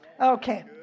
Okay